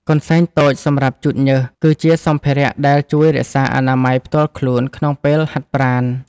កន្សែងតូចសម្រាប់ជូតញើស គឺជាសម្ភារៈដែលជួយរក្សាអនាម័យផ្ទាល់ខ្លួនក្នុងពេលហាត់ប្រាណ។